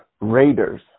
raiders